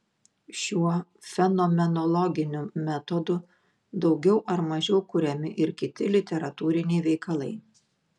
šiuo fenomenologiniu metodu daugiau ar mažiau kuriami ir kiti literatūriniai veikalai